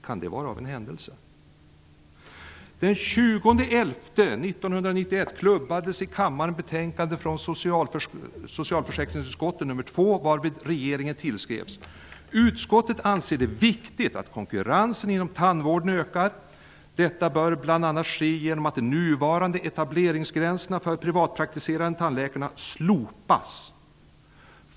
Kan det vara av en ren händelse? Utskottet anser det viktigt att konkurrensen inom tandvården ökar. Detta bör ske bl.a. genom att de nuvarande etableringsgränserna för de privatpraktiserande tandläkarna slopas.